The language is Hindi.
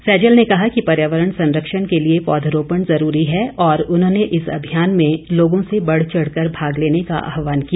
सैजल ने कहा कि पर्यावरण संरक्षण के लिए पौधरोपण जरूरी है और उन्होंने इस अभियान में लोगों से बढ़चढ़ कर भाग लेने का आहवान किया